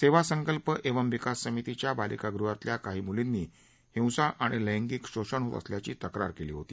सेवा संकल्प एवं विकास समिती च्या बालिकागृहातल्या काही मुलींनी हिंसा आणि लैंगिक शोषण होत असल्याची तक्रार केली होती